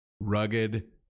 rugged